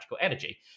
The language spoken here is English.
energy